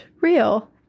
real